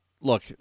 look